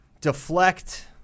deflect